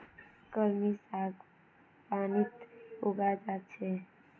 कलमी साग पानीत उगाल जा छेक